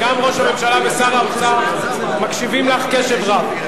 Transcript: ראש הממשלה ושר האוצר מקשיבים לך קשב רב,